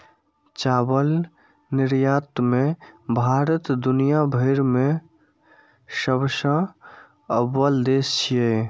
चावल निर्यात मे भारत दुनिया भरि मे सबसं अव्वल देश छियै